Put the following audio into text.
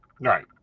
right